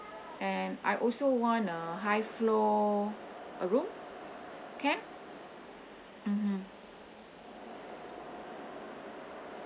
and I also want a high floor uh room can mmhmm